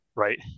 right